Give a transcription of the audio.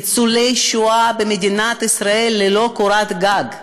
ניצולי שואה במדינת ישראל ללא קורת גג.